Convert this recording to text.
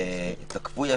תקפו,